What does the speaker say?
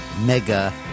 mega